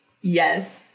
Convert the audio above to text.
yes